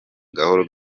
gahoro